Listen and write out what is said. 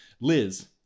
Liz